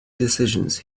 decisions